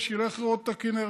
שילך לראות את הכינרת,